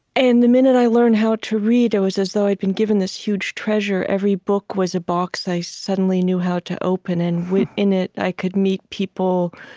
and the minute i learned how to read, it was as though i'd been given this huge treasure. every book was a box i suddenly knew how to open, and in it, i could meet people,